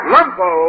Lumpo